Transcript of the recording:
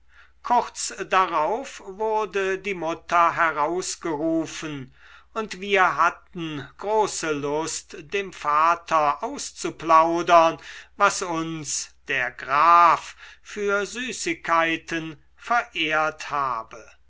kurz darauf wurde die mutter herausgerufen und wir hatten große lust dem vater auszuplaudern was uns der graf für süßigkeiten verehrt habe